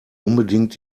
unbedingt